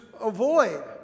avoid